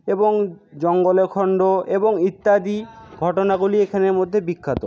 এবং জঙ্গলখন্ড এবং ইত্যাদি ঘটনাগুলি এখানের মধ্যে বিখ্যাত